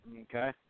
Okay